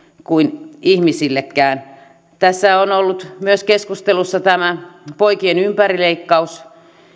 enkä ihmisillekään tässä on ollut myös keskustelussa poikien ympärileikkaus